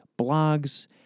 blogs